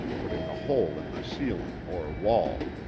putting a hole in the ceiling, or wall.